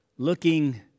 Looking